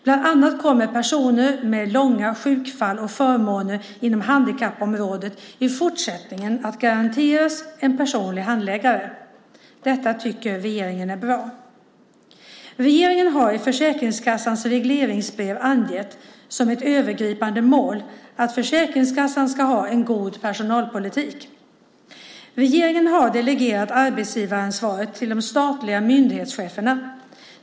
Bland annat kommer personer med långa sjukdomshistorier och förmåner inom handikappområdet i fortsättningen att garanteras en personlig handläggare. Detta tycker regeringen är bra. Regeringen har i Försäkringskassans regleringsbrev angett som ett övergripande mål att Försäkringskassan ska ha en god personalpolitik. Regeringen har delegerat arbetsgivaransvaret till de statliga myndighetscheferna.